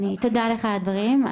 תודה לך על הדברים.